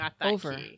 over